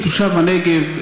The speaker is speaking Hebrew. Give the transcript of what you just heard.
כתושב הנגב,